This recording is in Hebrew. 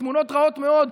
ותמונות רעות מאוד,